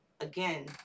again